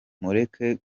mureke